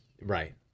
right